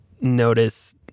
notice